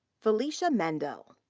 phylicia mendel.